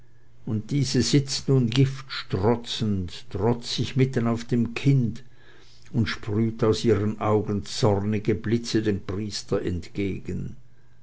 und diese sitzt nun giftstrotzend trotzig mitten auf dem kinde und sprüht aus ihren augen zornige blitze dem priester entgegen